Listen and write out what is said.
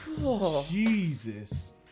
Jesus